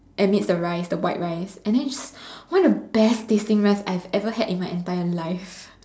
amidst the rice the white rice and then it's one of the best tasting rice I've ever had in my entire life